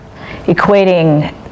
equating